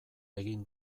egin